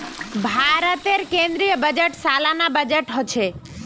भारतेर केन्द्रीय बजट सालाना बजट होछे